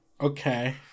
Okay